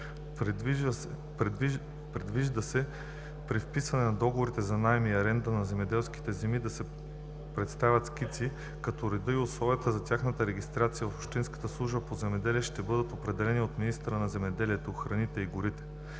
Предвижда се при вписване на договорите за наем и аренда на земеделски земи да се представят скици, като редът и условията за тяхната регистрация в общинската служба по земеделие ще бъдат определени от министъра на земеделието, храните и горите.